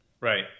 Right